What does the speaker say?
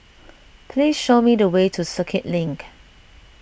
please show me the way to Circuit Link